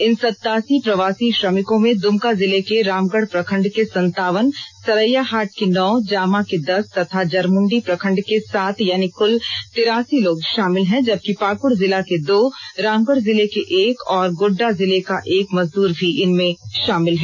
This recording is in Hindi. इन सतासी प्रवासी श्रमिकों में दुमका जिले के रामगढ़ प्रखंड के संतावन सरैयाहाट के नौ जामा के दस तथा जरमुंडी प्रखंड के सात यानी कुल तिरासी लोग शामिल हैं जबकि पाकुड़ जिल के दो रामगढ़ जिले के एक और गोड्डा जिले का एक मजदूर भी इनमें शामिल है